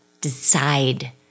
decide